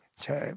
time